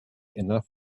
enough